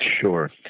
Sure